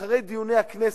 אחרי דיוני הכנסת,